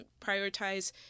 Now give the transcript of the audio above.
prioritize